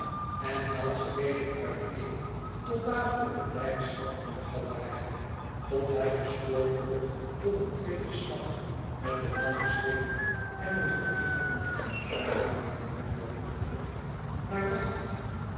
en haalt ze wederuiteen tot daverende blijdschap van de galerij tot hij gestoord wordt door een tweeden slag met de lange zweep en een verzoek om te gaan vragen waar mejuffer woolcroft naar wacht